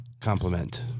compliment